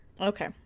Okay